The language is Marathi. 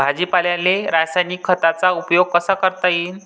भाजीपाल्याले रासायनिक खतांचा उपयोग कसा करता येईन?